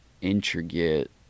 intricate